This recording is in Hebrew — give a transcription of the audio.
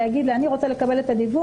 לומר לה: אני רוצה לקבל את הדיוור